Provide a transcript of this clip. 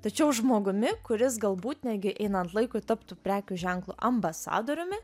tačiau žmogumi kuris galbūt netgi einant laikui taptų prekių ženklo ambasadoriumi